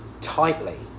tightly